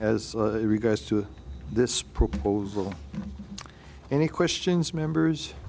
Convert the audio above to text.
as regards to this proposal any questions members